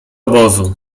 obozu